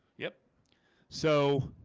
yep so